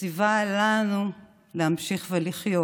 שציווה לנו להמשיך ולחיות.